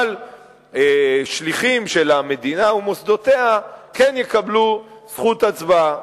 אבל שליחים של המדינה ומוסדותיה כן יקבלו זכות הצבעה.